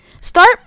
start